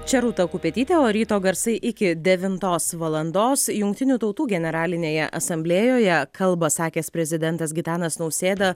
čia rūta kupetytė o ryto garsai iki devintos valandos jungtinių tautų generalinėje asamblėjoje kalbą sakęs prezidentas gitanas nausėda